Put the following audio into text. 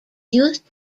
used